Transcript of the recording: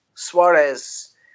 Suarez